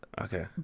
okay